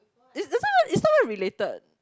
this this one is not even related